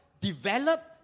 develop